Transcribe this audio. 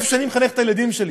איפה שאני מחנך את הילדים שלי,